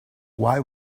why